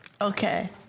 Okay